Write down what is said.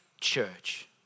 church